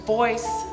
voice